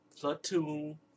Platoon